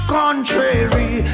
contrary